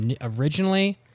originally